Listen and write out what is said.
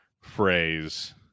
phrase